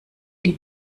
die